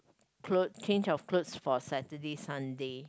clothes change of clothes for Saturday Sunday